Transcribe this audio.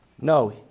No